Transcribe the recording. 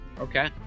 Okay